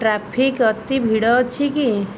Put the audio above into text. traffic ଅତି ଭିଡ଼ ଅଛି କି